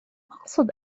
أقصد